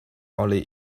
only